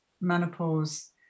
menopause